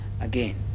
again